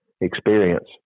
experience